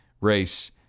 race